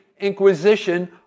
Inquisition